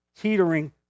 teetering